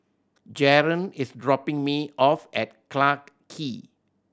Jaren is dropping me off at Clarke Quay